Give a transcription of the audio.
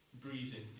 breathing